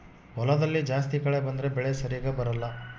ಹೊಲದಲ್ಲಿ ಜಾಸ್ತಿ ಕಳೆ ಬಂದ್ರೆ ಬೆಳೆ ಸರಿಗ ಬರಲ್ಲ